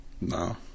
No